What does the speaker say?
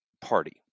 party